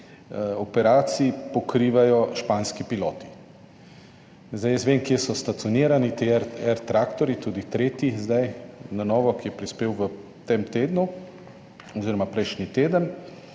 operacij pokrivajo španski piloti. Jaz vem, kje so stacionirani ti air tractorji, tudi tretji, ki je na novo in je prispel v tem tednu oziroma prejšnji teden.